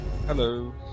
Hello